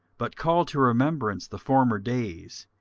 but call to remembrance the former days,